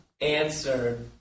answer